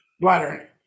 bladder